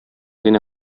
генә